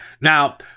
Now